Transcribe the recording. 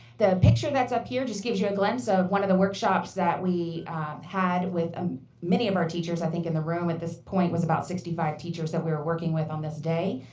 the picture that's up here just gives you a glimpse of one of the workshops that we had with um many of our teachers, i think, in the room. at this point it was about sixty five teachers that we were working with on this day.